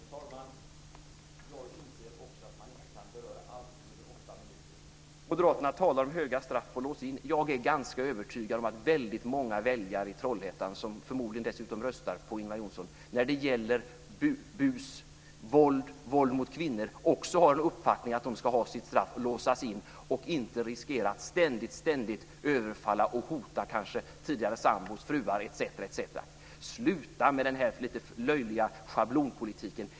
Fru talman! Jag inser också att man inte kan beröra allt under åtta minuter. Moderater talar om höga straff och om att låsa in. Jag är ganska övertygad om att det finns väldigt många väljare i Trollhättan, som förmodligen dessutom röstar på Ingvar Johnsson, som när det gäller bus och våld, våld mot kvinnor, också har uppfattningen att de skyldiga ska ha sitt straff och låsas in så att det inte finns en risk att de ständigt överfaller och kanske hotar tidigare sambor, fruar etc. Sluta med den här lite löjliga schablonpolitiken!